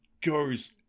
goes